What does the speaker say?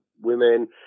women